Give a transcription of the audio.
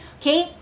Okay